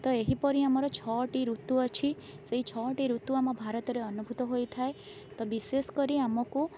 ତ ଏହିପରି ଆମର ଛଅଟି ଋତୁ ଅଛି ସେଇ ଛଅଟି ଋତୁ ଆମ ଭାରତରେ ଅନୁଭୂତ ହୋଇଥାଏ ତ ବିଶେଷକରି ଆମକୁ